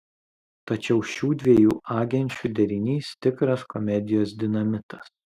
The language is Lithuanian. tačiau šių dviejų agenčių derinys tikras komedijos dinamitas